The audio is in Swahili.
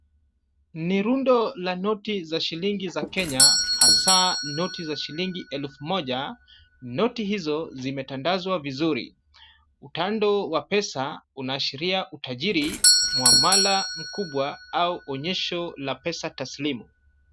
Ni lundo la noti za shillingi za Kenya hasa noti za shillingi elfu moja, noti hizo zimetandazwa vizuri, utando wa pesa unaashiria utajiri, mwamala mkubwa au onyesho la pesa taslimu.